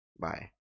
bye